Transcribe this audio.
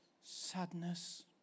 sadness